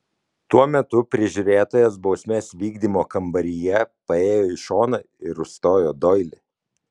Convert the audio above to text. tuo metu prižiūrėtojas bausmės vykdymo kambaryje paėjo į šoną ir užstojo doilį